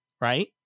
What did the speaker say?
right